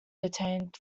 detained